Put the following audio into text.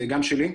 גם שלי,